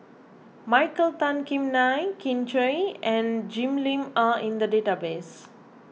Michael Tan Kim Nei Kin Chui and Jim Lim are in the database